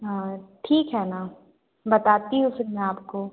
हाँ ठीक है ना बताती हूँ फिर मैं आपको